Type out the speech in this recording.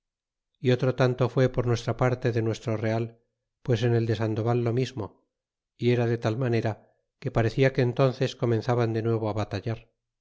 y otro tanto d'a por nuestra parte de nuestro real pues en el de sandoval lo mismo y era de tal manera que parcela que entonces comenzaban de nuevo batallar